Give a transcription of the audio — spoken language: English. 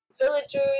villagers